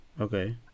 Okay